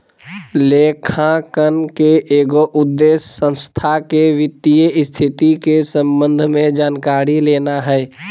लेखांकन के एगो उद्देश्य संस्था के वित्तीय स्थिति के संबंध में जानकारी लेना हइ